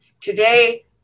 Today